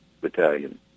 battalion